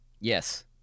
Yes